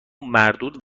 مردود